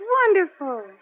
wonderful